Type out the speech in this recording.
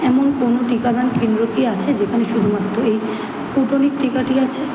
এমন কোনও টিকাদান কেন্দ্র কি আছে যেখানে শুধুমাত্ত এই স্পুটনিক টিকাটি আছে